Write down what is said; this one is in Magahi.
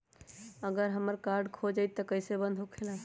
अगर हमर कार्ड खो जाई त इ कईसे बंद होकेला?